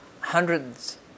hundreds